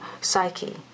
psyche